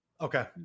Okay